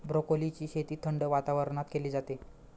ब्रोकोलीची शेती थंड वातावरणात केली जाते